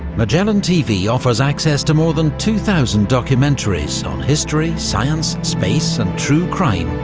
magellan tv offers access to more than two thousand documentaries on history, science, space and true crime,